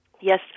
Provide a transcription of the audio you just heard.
Yes